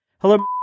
Hello